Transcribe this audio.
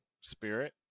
spirit